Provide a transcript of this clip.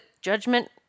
judgment